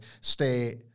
stay